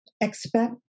Expect